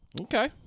Okay